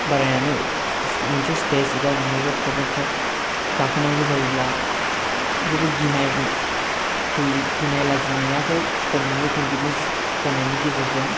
बारायनानै मोनसे स्टेज एबा बबेबा प्रग्राम फ्राव गाखोनांगौ जायोब्ला जेबो गिनाय फै गिनाय लाजिनायखौ खम मोनो कनफिडेन्स जानायनि गेजेरजों